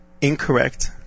incorrect